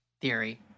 theory